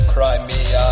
Crimea